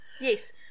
yes